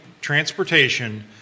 transportation